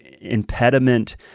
impediment